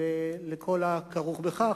וכל הכרוך בכך.